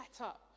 up